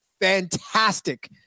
fantastic